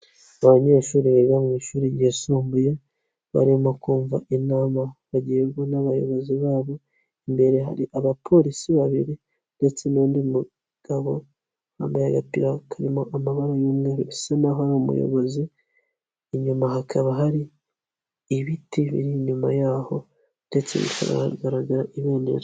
Abanyeshuri biga mu ishuri ryisumbuye barimo kumva inama bagirwa n'abayobozi babo, imbere hari abapolisi babiri ndetse n'undi mugabo wambaye agapira karimo amabara y'umweru usa naho umuyobozi, inyuma hakaba hari ibiti biri inyuma yaho ndetse hakaba hagaragara ibendera.